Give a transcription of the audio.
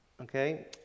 Okay